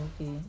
Okay